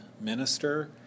minister